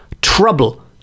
trouble